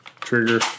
trigger